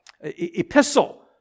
epistle